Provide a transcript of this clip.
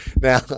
Now